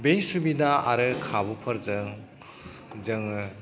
बे सुबिदा आरो खाबुफोरजों जोङो